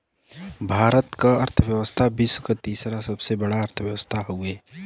भारत क अर्थव्यवस्था विश्व क तीसरा सबसे बड़ा अर्थव्यवस्था हउवे